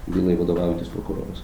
bylai vadovaujantis prokuroras